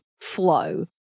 flow